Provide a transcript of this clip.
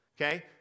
okay